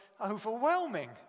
overwhelming